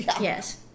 yes